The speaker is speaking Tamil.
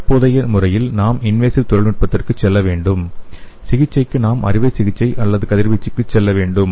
தற்போதைய முறையில் நாம் இன்வேசிவ் தொழில்நுட்பத்திற்கு செல்ல வேண்டும் சிகிச்சைக்கு நாம் அறுவை சிகிச்சை அல்லது கதிர்வீச்சுக்கு செல்ல வேண்டும்